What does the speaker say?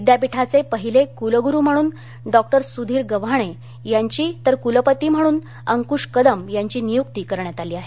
विद्यापीठाचे पहिले कुलगुरू म्हणून डॉक्टर सूधीर गव्हाणे यांची तर क्लपती म्हणून अंक्श कदम यांची नियुक्ती करण्यात आली आहे